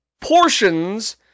portions